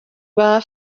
rwa